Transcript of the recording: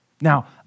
Now